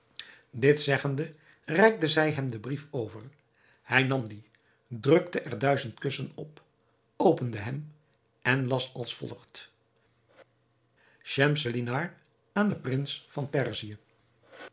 dit zeggende reikte zij hem den brief over hij nam dien drukte er duizend kussen op opende hem en las als volgt schemselnihar aan den prins van perzië